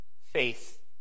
Faith